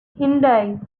indies